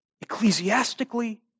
ecclesiastically